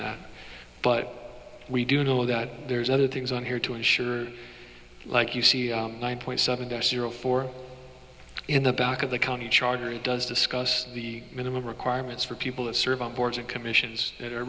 that but we do know that there's other things on here to ensure like you see nine point seven zero four in the back of the county charter it does discuss the minimum requirements for people to serve on boards and commissions